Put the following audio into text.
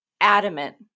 adamant